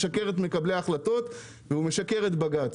הוא משקר למקבלי ההחלטות והוא משקר לבג"ץ.